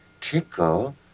tickle